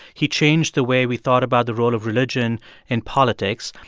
he changed the way we thought about the role of religion in politics.